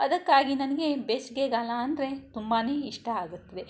ಅದಕ್ಕಾಗಿ ನನಗೆ ಬೇಸಿಗೆಗಾಲ ಅಂದರೆ ತುಂಬಾ ಇಷ್ಟ ಆಗುತ್ತದೆ